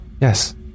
yes